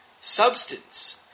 substance